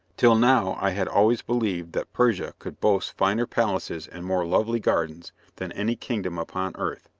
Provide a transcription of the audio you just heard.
till now i had always believed that persia could boast finer palaces and more lovely gardens than any kingdom upon earth.